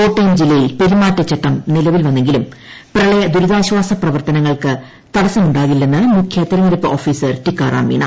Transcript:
കോട്ടയം ജില്ലയിൽ പെരുമാറ്റച്ചട്ടം നിലവിൽ വന്നെങ്കിലും പ്രളയദുരിതാശ്ചാസ പ്രവർത്തനങ്ങൾക്ക് തടസ്സമുണ്ടാകില്ലെന്ന് മുഖ്യ തെരഞ്ഞെടുപ്പ് ഓഫീസർ ടീക്കാറാം മീണ